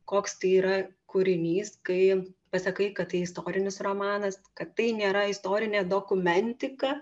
koks tai yra kūrinys kai pasakai kad tai istorinis romanas kad tai nėra istorinė dokumentika